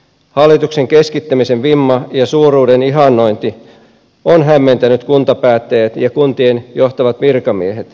hallituksen keskittämisen vimma ja suuruuden ihannointi on hämmentänyt kuntapäättäjät ja kuntien johtavat virkamiehet